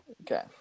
Okay